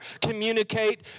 communicate